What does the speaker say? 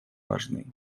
важны